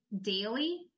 daily